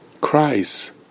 Christ